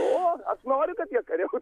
o aš noriu kad jie kariautų